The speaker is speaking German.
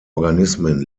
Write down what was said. organismen